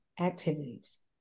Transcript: activities